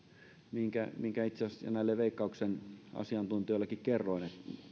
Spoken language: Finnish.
minkä minkä itse asiassa jo näille veikkauksen asiantuntijoillekin kerroin